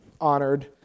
honored